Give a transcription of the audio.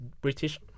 British